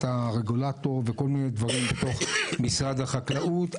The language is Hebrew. הרגולטור וכל מיני דברים בתוך משרד החקלאות.